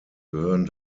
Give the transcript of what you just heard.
gehören